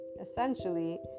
Essentially